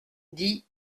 dit